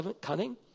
cunning